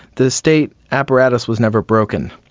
the state apparatus was never broken,